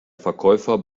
verkäufer